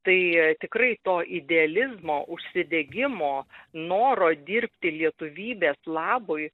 tai tikrai to idealizmo užsidegimo noro dirbti lietuvybės labui